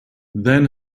then